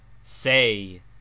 Say